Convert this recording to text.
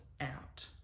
out